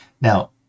Now